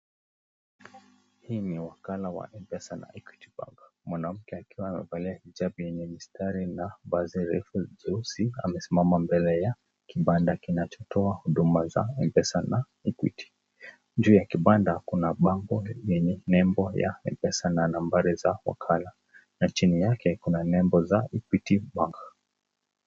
Hi ni wakala wa mpesa na Equity Bank mwanamke akiwa amevalia ijabu yenye mistari na vazi refu jeusi amesimama mbele ya kibanda kinachotoa huduma za mpesa na Equity juu ya kibanda kuna bango yenye nembo ya mpesa na nambari za wakala na chini yake kuna nembo za Equity Bank.